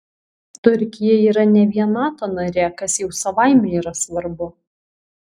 turkija yra ne vien nato narė kas jau savaime yra svarbu